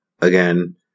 again